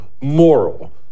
moral